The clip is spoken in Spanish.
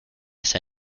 ese